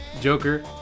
Joker